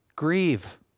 Grieve